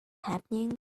happening